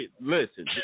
listen